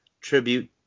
tribute